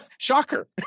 Shocker